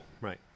Right